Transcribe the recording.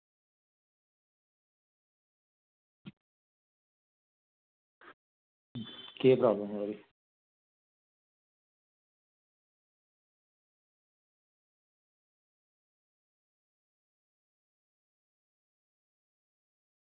केह् प्रॉब्लम ऐ होई दी